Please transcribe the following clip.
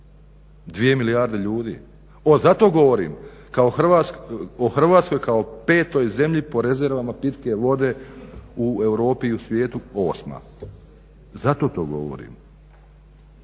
2 milijarde ljudi. Zato govorim o Hrvatskoj kao 5 zemlji po rezervama pitke vode u Europi i u svijetu 8, zato to govorim,